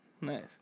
Nice